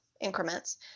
increments